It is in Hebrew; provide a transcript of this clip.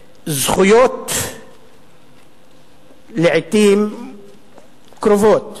זכויות לעתים קרובות